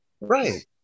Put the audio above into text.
Right